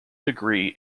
degree